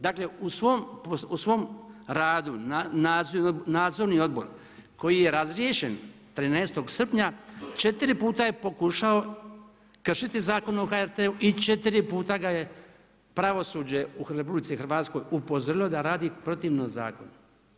Dakle, u svom radu, nadzorni odbor, koji je razriješen 13. srpnja, 4 puta je pokušao kršiti Zakon o HRT-u i 4 puta ga je pravosuđe u RH, upozorilo da radi protivno zakonu.